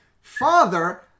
Father